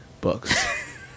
books